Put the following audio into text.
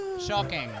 Shocking